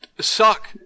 suck